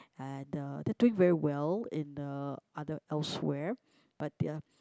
like the they're doing it very well in the other elsewhere but their